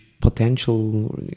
potential